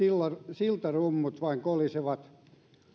siltarummut vain kolisevat